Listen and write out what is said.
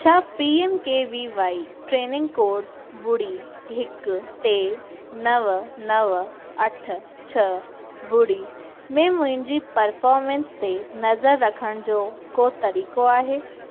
छा P M K V Y training course ॿुड़ी हिकु टे नव नव अठ छह ॿुड़ी में मुंहिंजी परफॉर्मेंस ते नज़रु रखण जो को तरीक़ो आहे